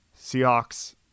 Seahawks